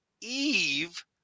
eve